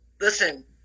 listen